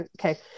Okay